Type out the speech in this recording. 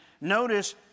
Notice